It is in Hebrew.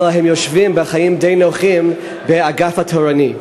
אבל הם יושבים וחייהם די נוחים באגף התורני,